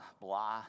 blah